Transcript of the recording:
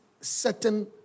certain